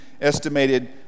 estimated